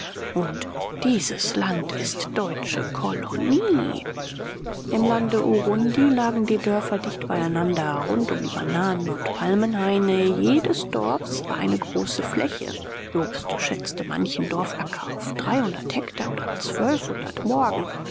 und dieses land ist deutsche kolonie im lande urundi lagen die dörfer dicht beieinander rund um die bananen und palmenhaine jedes dorfs war eine große fläche jobst schätzte manchen dorfacker auf dreihundert hektar oder zwölfhundert morgen